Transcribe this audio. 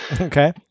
okay